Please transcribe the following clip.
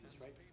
right